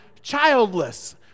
childless